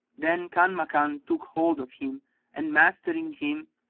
then kanmakan took hold of him and mastering him,